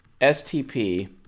STP